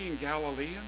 Galilean